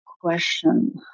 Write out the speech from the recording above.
question